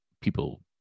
people